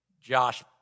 Josh